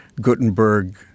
Gutenberg